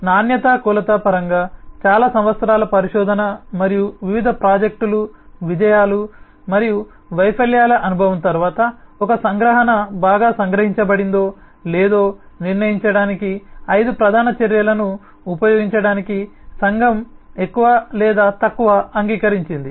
కాబట్టి నాణ్యత కొలత పరంగా చాలా సంవత్సరాల పరిశోధన మరియు వివిధ ప్రాజెక్టులు విజయాలు మరియు వైఫల్యాల అనుభవం తరువాత ఒక సంగ్రహణ బాగా సంగ్రహించబడిందో లేదో నిర్ణయించడానికి ఐదు ప్రధాన చర్యలను ఉపయోగించడానికి సంఘం ఎక్కువ లేదా తక్కువ అంగీకరించింది